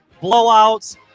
blowouts